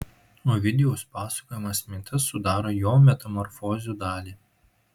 ovidijaus pasakojamas mitas sudaro jo metamorfozių dalį